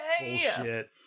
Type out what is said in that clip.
Bullshit